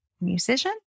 musician